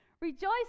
rejoice